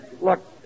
Look